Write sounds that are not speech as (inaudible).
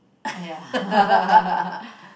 !aiya! (laughs)